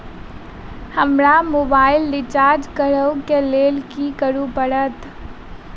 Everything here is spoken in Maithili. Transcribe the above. हमरा मोबाइल रिचार्ज करऽ केँ लेल की करऽ पड़त?